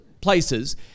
places